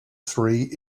three